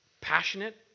passionate